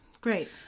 Great